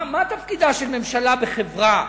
מה תפקידה של ממשלה בחברה?